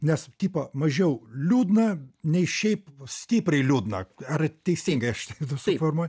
nes tipo mažiau liūdna nei šiaip stipriai liūdna ar teisingai aš suformuoju